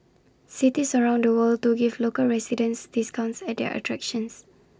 cities around the world do give local residents discounts at their attractions